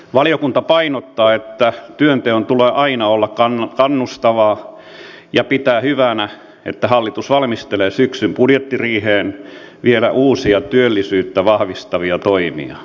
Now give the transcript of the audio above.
valiokunta painottaa että työnteon tulee aina olla kannustavaa ja pitää hyvänä että hallitus valmistelee syksyn budjettiriiheen vielä uusia työllisyyttä vahvistavia toimia